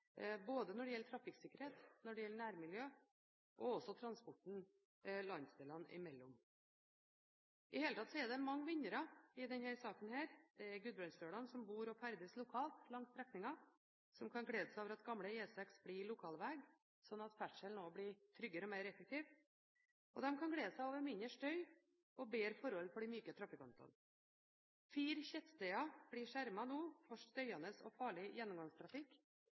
både når det gjelder trafikksikkerhet, når det gjelder nærmiljøet og også når det gjelder transporten landsdelene imellom. I det hele tatt er det mange vinnere i denne saken. Gudbrandsdølene som bor og ferdes lokalt langs strekningen, kan glede seg over at gamle E6 blir lokalveg, slik at ferdselen nå blir tryggere og mer effektiv. De kan også glede seg over mindre støy og bedre forhold for de myke trafikantene. Fire tettsteder blir nå skjermet for støyende og farlig gjennomgangstrafikk.